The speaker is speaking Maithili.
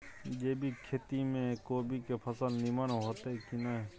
जैविक खेती म कोबी के फसल नीमन होतय की नय?